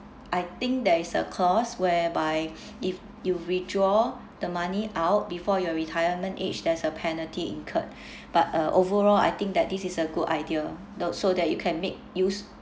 I think there is a cost whereby if you withdraw the money out before your retirement age there's a penalty incurred but uh overall I think that this is a good idea though so that you can make use